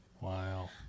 Wow